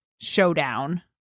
showdown